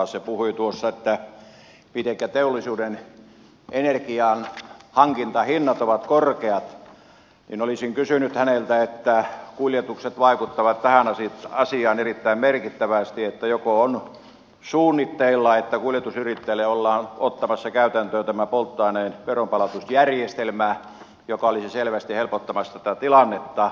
kun hän puhui tuossa mitenkä teollisuuden energian hankintahinnat ovat korkeat niin olisin kysynyt häneltä kun kuljetukset vaikuttavat tähän asiaan erittäin merkittävästi että joko on suunnitteilla että kuljetusyrittäjille ollaan ottamassa käytäntöön tämä polttoaineen veronpalautusjärjestelmä joka olisi selvästi helpottamassa tätä tilannetta